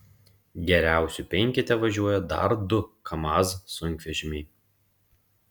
geriausių penkete važiuoja dar du kamaz sunkvežimiai